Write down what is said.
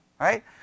right